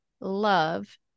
love